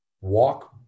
walk